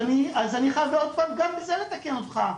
אני חייב גם בזה לתקן אותך.